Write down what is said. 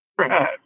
Right